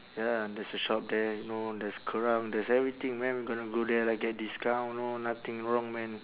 ya there's a shop there know there's kerang there's everything man we gonna go there like get discount know nothing wrong man